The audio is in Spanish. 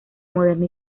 moderna